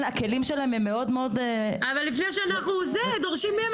הכלים שלהן מאוד-מאוד -- אבל לפני שאנחנו דורשים מהם,